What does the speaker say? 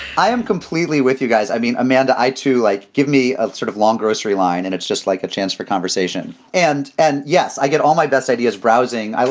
i am completely with you guys. i mean, amanda. i too, like give me a sort of long grocery line and it's just like a chance for conversation. and and yes, i get all my best ideas, browsing,